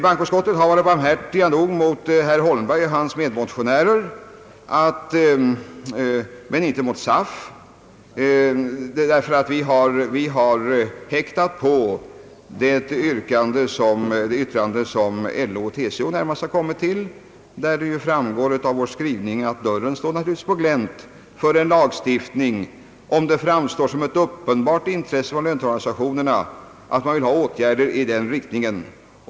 Bankoutskottet har varit barmhärtigt nog mot herr Holmberg och hans medmotionärer, att inte ansluta sig till Arbetsgivareföreningens linje. Utskottet har häktat på det yttrande som närmast LO och TCO har kommit till, där det ju framgår av vår skrivning att dörren naturligtvis står på glänt för en lagstiftning, om det framstår såsom ett uppenbart intresse från löntagarorganisationerna att de vill ha lagstiftningsåtgärder i den riktningen.